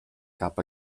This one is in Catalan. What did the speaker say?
cap